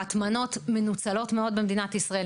הטמנות מנוצלות מאוד במדינת ישראל,